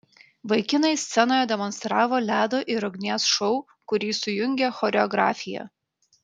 vaikinai scenoje demonstravo ledo ir ugnies šou kurį sujungė choreografija